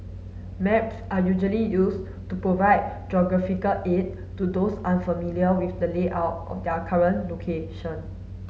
maps are usually used to provide geographical aid to those unfamiliar with the layout of their current location